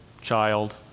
child